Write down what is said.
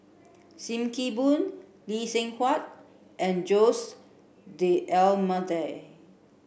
Sim Kee Boon Lee Seng Huat and Jose D'almeida